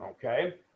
Okay